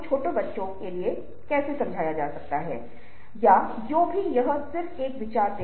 अब हम चीजों के एक और पहलू पर आते हैं और उम्मीद है कि यह एक दिलचस्प रोमांचक होगा